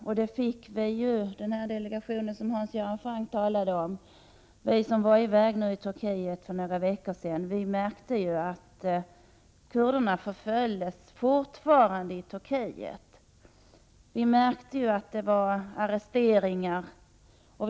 Vi som var med i den delegation som Hans Göran Franck talade om, som var i Turkiet för några veckor sedan, märkte att kurderna fortfarande förföljdes i Turkiet. Vi märkte att arresteringar skedde.